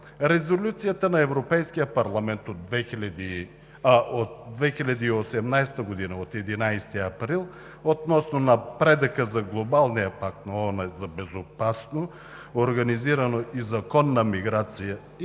Резолюцията на Европейския парламент от 11 април 2018 г. относно напредъка за Глобалния пакт на ООН за безопасна, организирана и законна миграция